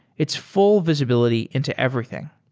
it's full visibility into everything.